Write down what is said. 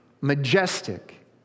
majestic